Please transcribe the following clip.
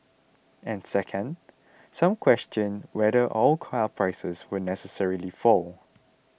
and second some question whether all car prices will necessarily fall